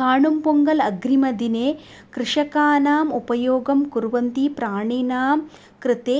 काणुं पोङ्गल् अग्रिमदिने कृषकाणाम् उपयोगं कुर्वन्ती प्राणिनां कृते